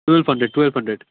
twelve hundred twelve hundred